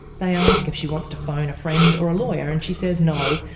they ask if she wants to phone a friend or a lawyer and she says no,